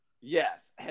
Yes